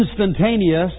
instantaneous